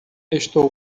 estou